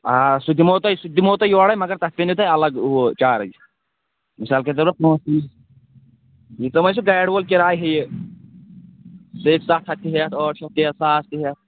آ سُہ دِمہو تۅہہِ سُہ دِمہو تۅہہِ تۅہہِ یوٗرے مگر تَتھ پیٚنَو تۅہہِ الگ ہُہ چارٕج مِثال کے طور پر پونٛسہٕ ووٚنٛسہٕ یوٗتاہ وۅنۍ سُہ گاڑِ وول کِراے ہیٚیہِ سُہ ہیٚکہِ سَتھ ہَتھ تہِ ہیٚتھ ٲٹھ شیٚتھ تہِ ہیٚتھ ساس تہِ ہیٚتھ